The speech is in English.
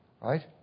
right